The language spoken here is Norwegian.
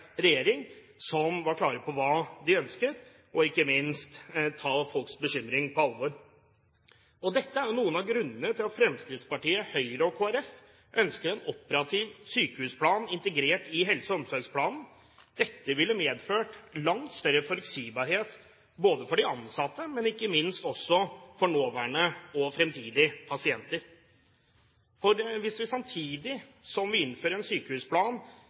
regjering, som var klar på hva den ønsket, og ikke minst tok folks bekymring på alvor. Dette er noen av grunnene til at Fremskrittspartiet, Høyre og Kristelig Folkeparti ønsker en operativ sykehusplan integrert i helse- og omsorgsplanen. Dette ville medført langt større forutsigbarhet for de ansatte, men ikke minst for nåværende og fremtidige pasienter. Hvis vi samtidig som vi innfører en sykehusplan,